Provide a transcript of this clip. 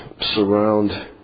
surround